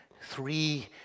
three